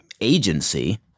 agency